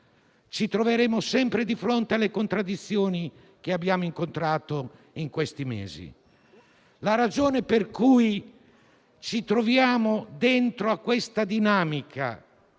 ci troveremmo sempre di fronte alle contraddizioni che abbiamo incontrato in questi mesi. La ragione per cui ci troviamo all'interno di questa dinamica